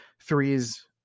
Threes